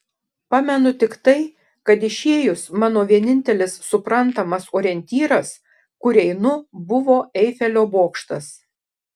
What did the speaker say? pamenu tik tai kad išėjus mano vienintelis suprantamas orientyras kur einu buvo eifelio bokštas